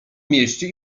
mieście